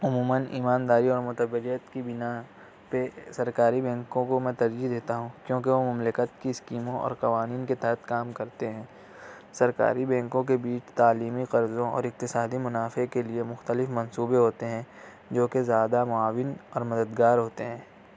عموماً ایمانداری اور متوجہ کی بنا پہ سرکاری بینکوں کو میں ترجیح دیتا ہوں کیونکہ وہ مملکت کی اسکیموں اور قوانین کے تحت کام کرتے ہیں سرکاری بینکوں کے بیچ تعلیمی قرضوں اور اقتصادی منافع کے لیے مختلف منصوبے ہوتے ہیں جوکہ زیادہ معاون اور مددگار ہوتے ہیں